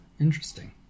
interesting